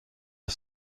are